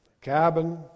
cabin